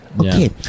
okay